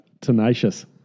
tenacious